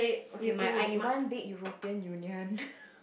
will it will be one big European Union